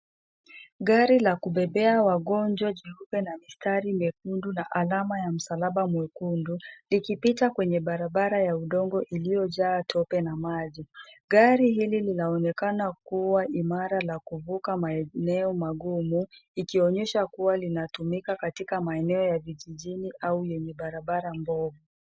Gari la kubebea wagonjwa jeupe na mistari nyekundu na alama ya msalaba mwekundu, likipita kwenye barabara ya udongo iliyojaa tope na maji. Gari hili linaonekana kuwa imara la kuvuka maeneo magumu, ikionyesha kuwa linatumika katika maeneo ya vijijini au yenye barabara mbovu.